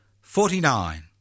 forty-nine